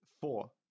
four